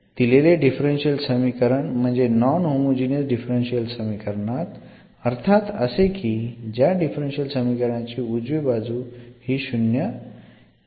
दिलेले डिफरन्शियल समीकरण म्हणजे नॉन होमोजिनियस डिफरन्शियल समीकरण अर्थात असे की ज्या डिफरन्शियल समीकरणाची उजवी बाजू हि शून्य नाही